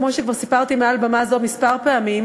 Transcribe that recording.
כמו שכבר סיפרתי מעל במה זו כמה פעמים,